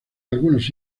algunos